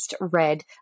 red